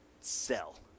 sell